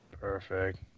Perfect